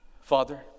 Father